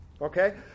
Okay